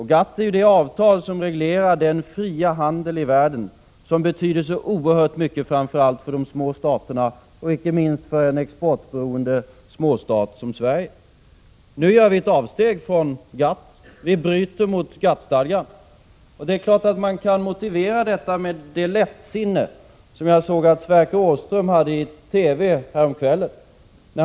GATT är ju det avtal som reglerar den fria handeln i världen, den fria handel som betyder så oerhört mycket för framför allt de små staterna och icke minst för en exportberoende småstat som Sverige. Nu gör vi ett avsteg från GATT. Vi bryter mot GATT-stadgan. Det är klart att man kan motivera detta med det lättsinne som jag såg att Sverker Åström visade i TV häromkvällen.